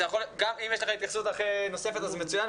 אם יש לך התייחסות נוספת מצוין,